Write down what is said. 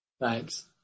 Thanks